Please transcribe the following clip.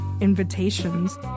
invitations